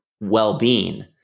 well-being